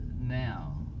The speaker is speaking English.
Now